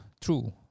true